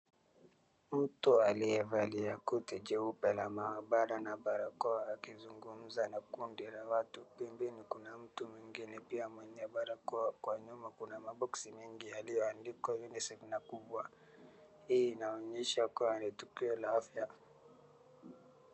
Mtu aliyevaia koti jeupe la maabara na barakoa akizungumza na watu .Pembeni kuna mtu mwingine mwenye barakoa. Huko nyuma kuna boxi nyingi yaliyoandikwa UNICEF hii inaonyesha ni tukio la afya.